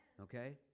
okay